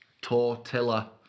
Tortilla